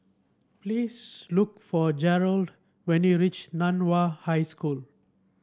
please look for Gerald when you reach Nan Hua High School